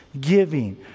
giving